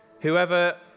Whoever